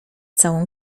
całą